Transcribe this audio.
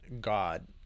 God